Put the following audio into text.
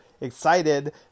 excited